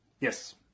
yes